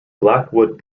blackwood